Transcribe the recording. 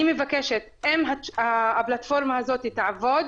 אני מבקשת, אם הפלטפורמה הזאת תעבוד,